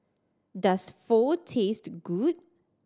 does Pho taste good